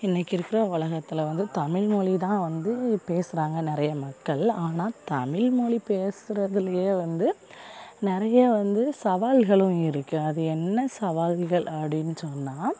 இன்றைக்கி இருக்கிற உலகத்துல வந்து தமிழ்மொலி தான் வந்து பேசுகிறாங்க நிறைய மக்கள் ஆனால் தமிழ்மொலி பேசுறதுலேயே வந்து நிறைய வந்து சவால்களும் இருக்குது அது என்ன சவால்கள் அப்படின்னு சொன்னால்